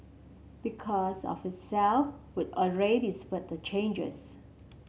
because of itself would already spur the changes